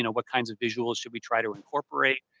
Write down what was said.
and what kind of visuals should we try to incorporate?